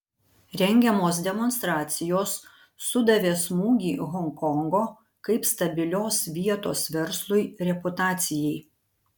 rengiamos demonstracijos sudavė smūgį honkongo kaip stabilios vietos verslui reputacijai